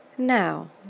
Now